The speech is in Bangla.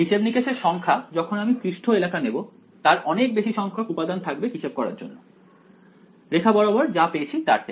হিসাব নিকেশের সংখ্যা যখন আমি পৃষ্ঠ এলাকা নেব তার অনেক বেশি সংখ্যক উপাদান থাকবে হিসাব করার জন্য রেখা বরাবর যা পেয়েছি তার থেকে